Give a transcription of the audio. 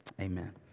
amen